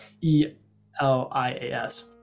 E-L-I-A-S